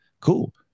Cool